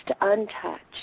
untouched